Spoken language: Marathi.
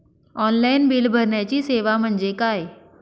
ऑनलाईन बिल भरण्याची सेवा म्हणजे काय?